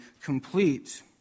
complete